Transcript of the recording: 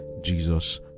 Jesus